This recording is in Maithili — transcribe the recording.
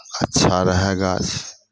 अच्छा रहय गाछ